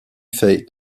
fay